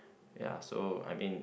ya so I mean